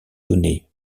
données